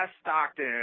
Stockton